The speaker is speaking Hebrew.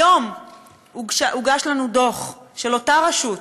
היום הוגש לנו דוח של אותה רשות,